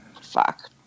Fuck